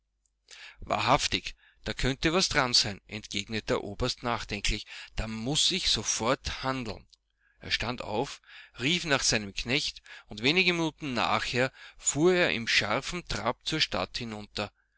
wahrhaftig da könnte was dran sein entgegnete der oberst nachdenklich da muß ich sofort handeln er stand auf rief nach seinem knecht und wenige minuten nachher fuhr er im scharfen trab zur stadt hinunter